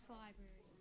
library